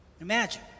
Imagine